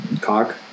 Cock